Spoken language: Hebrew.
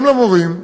גם המורים,